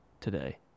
today